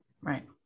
Right